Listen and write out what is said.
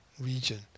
region